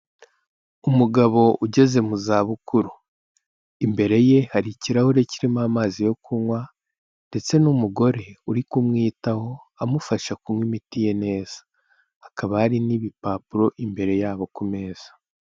Umugabo ugeze mu za bukuru, imbere ye hari ikirahure kirimo amazi yo kunywa ndetse n'umugore uri kumwitaho amufasha kunywa imiti ye neza, hakaba hari n'ibipapuro imbere yabo ku meza.